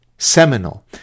Seminal